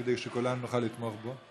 כדי שכולנו נוכל לתמוך בו.